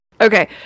Okay